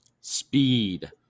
speed